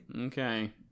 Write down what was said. okay